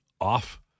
Off